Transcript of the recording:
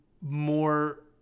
more